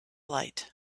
light